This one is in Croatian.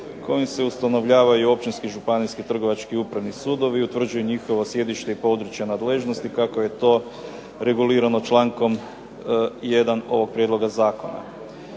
kojim se ustanovljava općinski i županijski, trgovački i upravni sudovi i utvrđuje njihovo sjedište i područja nadležnosti kako je to regulirano člankom 1. ovog prijedloga zakona.